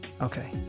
Okay